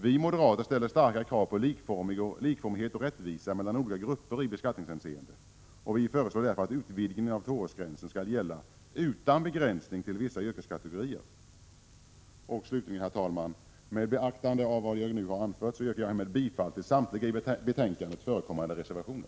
Vi moderater ställer starka krav på likformighet och rättvisa mellan olika grupper i beskattningshänseende. Vi föreslår därför att tvåårsregeln utvidgas till att gälla utan begränsning för vissa yrkeskategorier. Herr talman! Med beaktande av vad jag anfört yrkar jag härmed bifall till samtliga i betänkandet förekommande reservationer.